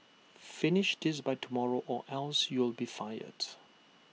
finish this by tomorrow or else you'll be fired